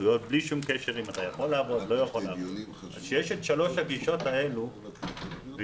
למקום אחר, זו גישה אחרת.